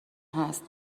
هست